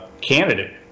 candidate